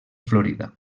florida